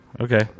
Okay